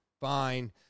fine